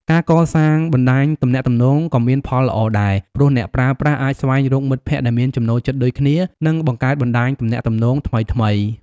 ការកសាងបណ្ដាញទំនាក់ទំនងក៏មានផលល្អដែរ ព្រោះអ្នកប្រើប្រាស់អាចស្វែងរកមិត្តភក្តិដែលមានចំណូលចិត្តដូចគ្នា និងបង្កើតបណ្ដាញទំនាក់ទំនងថ្មីៗ។